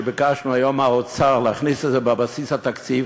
שביקשנו היום מהאוצר להכניס לבסיס התקציב,